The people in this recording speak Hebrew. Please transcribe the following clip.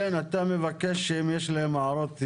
אתה מבקש שאם יש להם הערות,